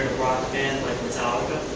band like metallica,